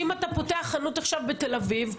שאם אתה פותח חנות עכשיו בתל אביב,